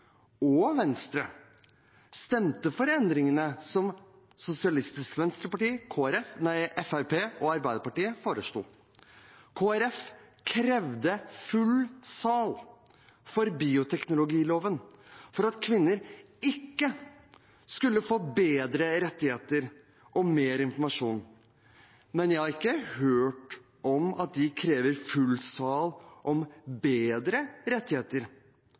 og Venstre stemte for endringene som Sosialistisk Venstreparti, Fremskrittspartiet og Arbeiderpartiet foreslo. Kristelig Folkeparti krevde full sal i forbindelse med bioteknologiloven for at kvinner ikke skulle få bedre rettigheter og mer informasjon, men jeg har ikke hørt om at de krever full sal om bedre rettigheter